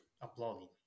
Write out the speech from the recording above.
Applauding